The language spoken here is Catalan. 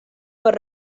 per